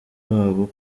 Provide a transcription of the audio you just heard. wabo